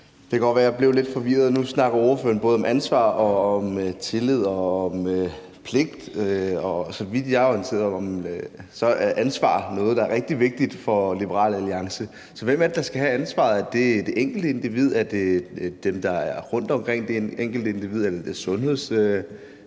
kan godt være, jeg blev lidt forvirret. Nu snakker ordføreren både om ansvar og om tillid og om pligt. Og så vidt jeg er orienteret, er ansvar noget, der er rigtig vigtigt for Liberal Alliance. Så hvem er det, der skal have ansvaret? Er det det enkelte individ? Er det dem, der er rundt omkring det enkelte individ? Eller er det i den